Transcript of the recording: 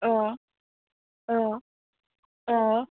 अ अ